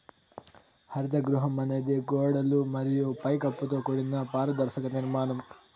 హరిత గృహం అనేది గోడలు మరియు పై కప్పుతో కూడిన పారదర్శక నిర్మాణం